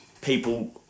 people